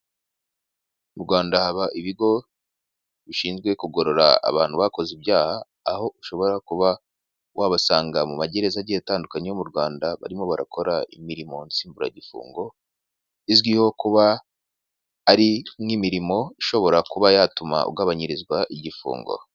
Mu Rwanda haba ibigo bishinzwe kugorora abantu bakoze ibyaha, aho ushobora kuba wabasanga mu magereza agiye atandukanye yo mu Rwanda, barimo barakora imirimo nsimburagifungo, izwiho kuba ari nk'imirimo ishobora kuba yatuma ugabanyirizwa igifungo.